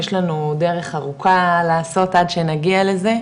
יש לנו עוד דרך ארוכה לעשות עד שנגיע לזה,